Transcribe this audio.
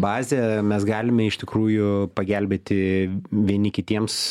bazę mes galime iš tikrųjų pagelbėti vieni kitiems